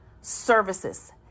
services